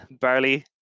Barley